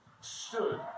stood